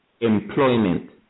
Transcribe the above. employment